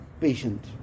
patient